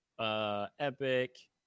Epic